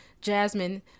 Jasmine